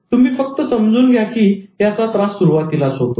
तुम्ही फक्त समजून घ्या की याचा त्रास सुरुवातीलाच होतो